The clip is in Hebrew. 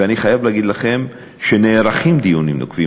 ואני חייב להגיד לכם שנערכים דיונים נוקבים,